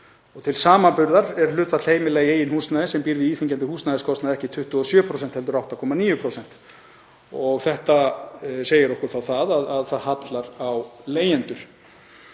Til samanburðar er hlutfall heimila í eigin húsnæði sem býr við íþyngjandi húsnæðiskostnað ekki 27% heldur 8,9%. Þetta segir okkur þá að það hallar á leigjendur.